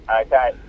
Okay